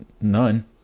none